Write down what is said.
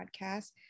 podcast